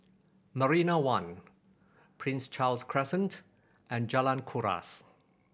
Marina One Prince Charles Crescent and Jalan Kuras